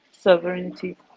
sovereignty